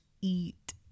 eat